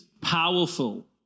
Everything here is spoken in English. powerful